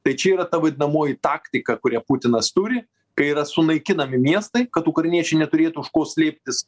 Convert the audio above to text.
tai čia yra ta vadinamoji taktika kurią putinas turi kai yra sunaikinami miestai kad ukrainiečiai neturėtų už ko slėptis